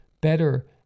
better